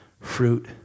fruit